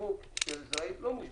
שיווק של זרעים לא מושבחים?